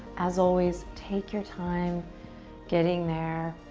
as always, take your time getting there.